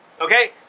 okay